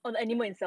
on the